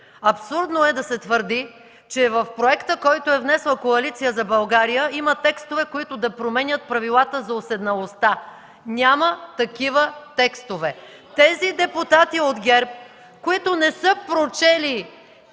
Абсурдно е да се твърди, че в проекта, който е внесла Коалиция за България, има текстове, които да променят правилата за уседналостта. Няма такива текстове! ЦВЕТА КАРАЯНЧЕВА (ГЕРБ, от място): Ще има.